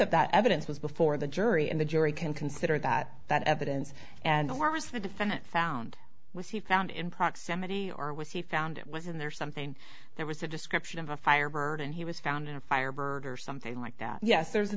of that evidence was before the jury and the jury can consider that that evidence and harvest the defendant found was he found in proximity or was he found it was in there something there was a description of a firebird and he was found in a firebird or something like that yes there's a